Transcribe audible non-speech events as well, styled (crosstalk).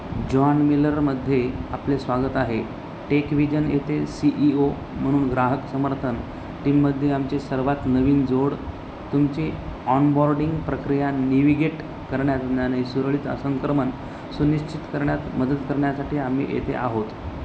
John मिलरमध्ये आपले स्वागत आहे टेकव्हिजन येते सी ई ओ म्हणून ग्राहक समर्थन टीममध्ये आमचे सर्वात नवीन जोड तुमची ऑनबॉर्डिंग प्रक्रिया नेविगेट करण्यात (unintelligible) सुरळीत आ संक्रमण सुनिश्चित करण्यात मदत करण्यासाठी आम्ही येथे आहोत